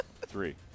Three